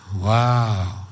Wow